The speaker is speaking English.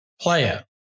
player